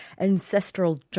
ancestral